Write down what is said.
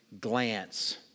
glance